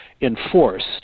enforced